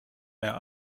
mehr